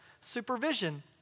supervision